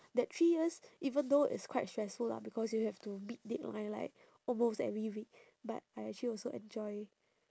that three years even though it's quite stressful lah because you have to meet deadline like almost every week but I actually also enjoy